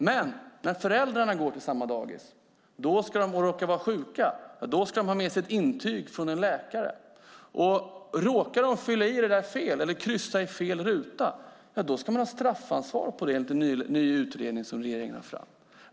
Men när barn som går på samma dagis råkar vara sjuka ska de ha med sig ett intyg från en läkare. Råkar föräldrarna då kryssa i fel ruta ska man ha straffansvar enligt en ny utredning som regeringen lade fram.